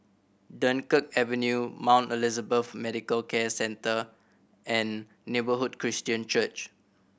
Dunkirk Avenue Mount Elizabeth Medical Centre and Neighbourhood Christian Church